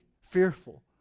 fearful